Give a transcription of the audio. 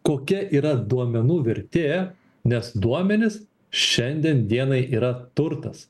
kokia yra duomenų vertė nes duomenys šiandien dienai yra turtas